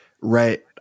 Right